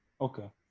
Okay